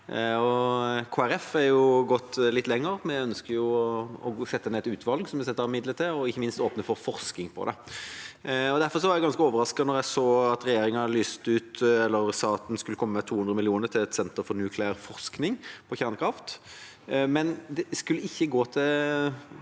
har gått litt lenger. Vi ønsker å sette ned et utvalg som vi setter av midler til, og ikke minst åpne for forskning på dette. Derfor var jeg ganske overrasket da jeg så at regjeringa sa at en skulle komme med 200 mill. kr til et senter for nukleær forskning, på kjernekraft,